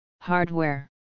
Hardware